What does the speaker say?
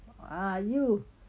uh you